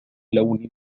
لوني